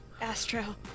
Astro